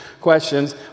questions